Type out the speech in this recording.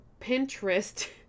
Pinterest